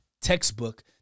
textbook